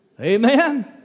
Amen